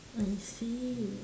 I see